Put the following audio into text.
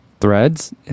Threads